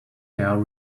air